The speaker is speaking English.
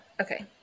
Okay